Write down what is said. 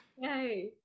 yay